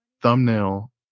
thumbnail